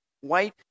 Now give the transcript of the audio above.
white